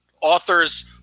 authors